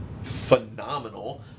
Phenomenal